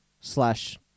Slash